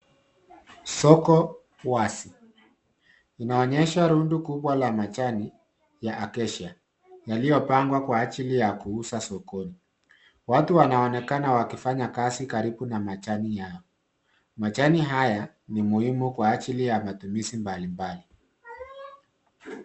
Soko wazi. Inaonesha rundu kubwa la majani ya acacia yaliyopangwa kwa ajili ya kuuza sokoni. Watu wanaonekana wakifanya kazi karibu na majani hayo. Majani haya ni muhimu kwa ajili ya matumizi mbalimbali.